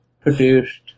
produced